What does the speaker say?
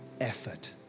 effort